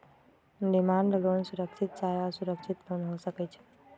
demand loan सुरक्षित चाहे असुरक्षित लोन हो सकइ छै